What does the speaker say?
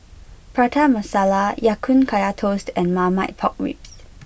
Prata Masala Ya Kun Kaya Toast and Marmite Pork Ribs